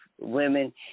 women